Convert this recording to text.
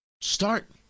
start